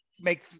make